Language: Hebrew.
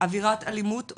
עבירת אלימות,